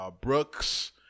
Brooks